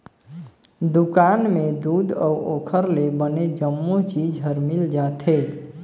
दुकान में दूद अउ ओखर ले बने जम्मो चीज हर मिल जाथे